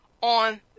on